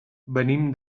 venim